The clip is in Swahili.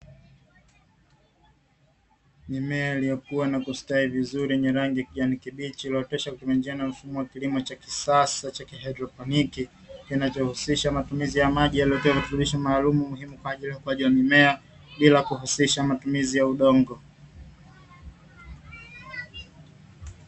Mimea iliyokua na kustawi vizuri yenye rangi ya kijani kibichi iliyooteshwa kutumia njia na mfumo wa kilimo cha kisasa cha haidroponi. Kinachohusisha matumizi ya maji yaliyotiwa virutubisho maalumu na muhimu kwa ajili ya ukuaji wa mimea, bila kuhusisha matumizi ya udongo.